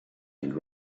and